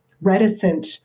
reticent